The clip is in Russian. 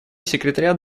секретариат